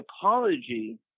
apology